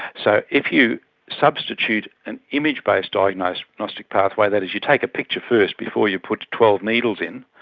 so if you substitute an image-based diagnostic diagnostic pathway, that is you take a picture first before you put twelve needles in,